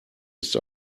ist